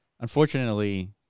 unfortunately